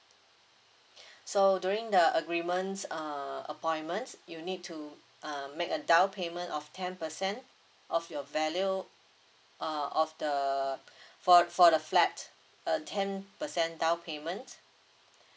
so during the agreements appointments you need to uh make a down payment of ten percent of your value uh of the for for the flat uh ten percent down payment